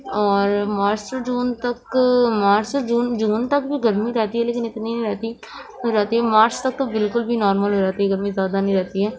اور مارچ سے جون تک مارچ سے جون جون تک بھی گرمی رہتی ہے لیکن اتنی نہیں رہتی رہتی ہے مارچ تک تو بالکل بھی نارمل ہو جاتی گرمی زیادہ نہیں رہتی ہے